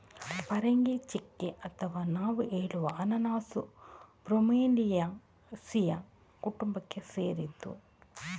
ಪರಂಗಿಚೆಕ್ಕೆ ಅಂತ ನಾವು ಹೇಳುವ ಅನನಾಸು ಬ್ರೋಮೆಲಿಯೇಸಿಯ ಕುಟುಂಬಕ್ಕೆ ಸೇರಿದ್ದು